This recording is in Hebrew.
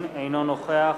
אינו נוכח